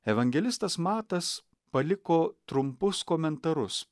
evangelistas matas paliko trumpus komentarus